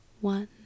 one